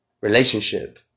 Relationship